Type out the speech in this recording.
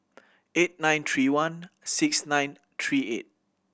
eight nine one three one six nine three eight